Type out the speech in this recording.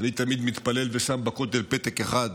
אני תמיד מתפלל ושם בכותל פתק אחד,